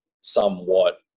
somewhat